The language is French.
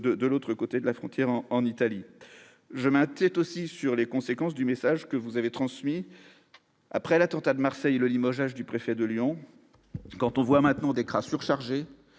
de l'autre côté de la frontière en en Italie, je maintiens est aussi sur les conséquences du message que vous avez transmis après l'attentat de Marseille le limogeage du préfet de l'Union, quand on voit maintenant Dekra surchargés,